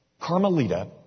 Carmelita